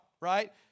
right